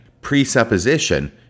presupposition